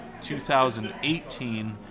2018